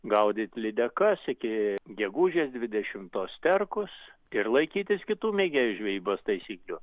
gaudyti lydekas iki gegužės dvidešimtos sterkus ir laikytis kitų mėgėjų žvejybos taisyklių